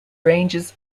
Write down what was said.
ranges